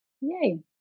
yay